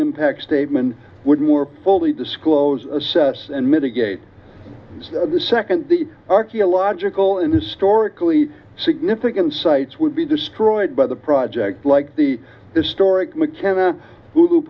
impact statement would more fully disclose assess and mitigate the second the archaeological and historically significant sites would be destroyed by the project like the historic mckenna who